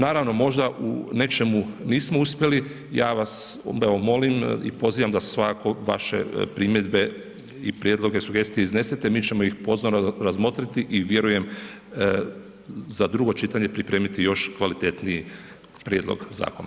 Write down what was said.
Naravno, možda u nečemu nismo uspjeli, ja vas evo molim i pozivam da svakako vaše primjedbe i prijedloge, sugestije iznesete, mi ćemo ih pozorno razmotriti i vjerujem za drugo čitanje pripremiti još kvalitetniji prijedlog zakona.